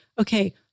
okay